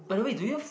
by the way do you